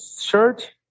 shirt